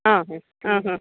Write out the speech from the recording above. ಹಾಂ ಹ್ಞೂ ಹಾಂ ಹಾಂ